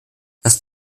das